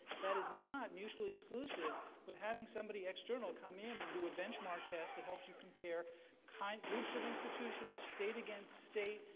that is not mutually exclusive with having somebody external come in and do a benchmark test that helps you compare kind of groups of institutions, state against state.